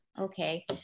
Okay